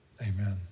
Amen